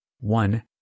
One